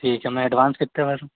ठीक है मैं एडवांस कितना भरूँ